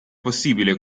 possibile